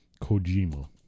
kojima